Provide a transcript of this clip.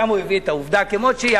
שם הוא הביא את העובדה כמות שהיא,